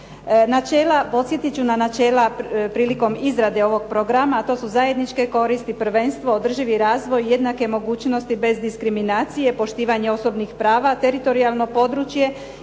Načela, podsjetit ću na načela prilikom izrade ovog programa, a to su zajedničke koristi, prvenstvo, održivi razvoj, jednake mogućnosti bez diskriminacije, poštivanje osobnih prava, teritorijalno područje